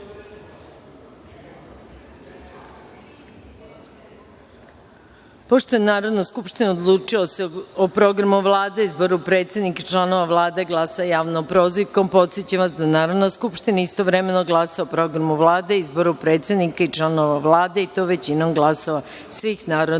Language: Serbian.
je Narodna skupština odlučila da se o Programu Vlade, izboru predsednika i članova Vlade glasa javno – prozivkom, podsećam vas da Narodna skupština istovremeno glasa o Programu Vlade, izboru predsednika i članova Vlade i to većinom glasova svih narodnih